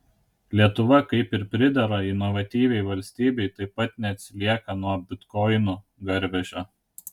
lietuva kaip ir pridera inovatyviai valstybei taip pat neatsilieka nuo bitkoinų garvežio